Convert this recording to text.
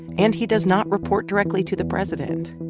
and he does not report directly to the president